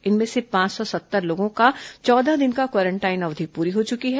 इनमें से पांच सौ सत्तर लोगों का चौदह दिन की क्वारेंटाइन अवधि पूरी हो चुकी है